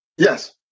Yes